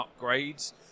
upgrades